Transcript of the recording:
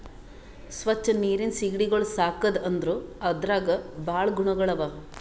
ಸ್ವಚ್ ನೀರಿನ್ ಸೀಗಡಿಗೊಳ್ ಸಾಕದ್ ಅಂದುರ್ ಅದ್ರಾಗ್ ಭಾಳ ಗುಣಗೊಳ್ ಅವಾ